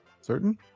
certain